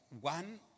one